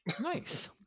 Nice